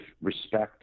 respect